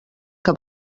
que